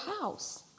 house